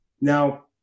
Now